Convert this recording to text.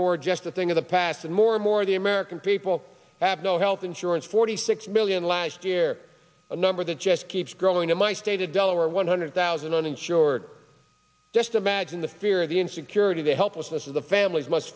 more just a thing of the past and more and more the american people have no health insurance forty six million last year the number that just keeps growing in my state a delaware one hundred thousand uninsured just imagine the fear the insecurity the helplessness of the families must